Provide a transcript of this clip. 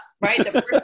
right